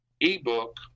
ebook